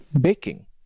baking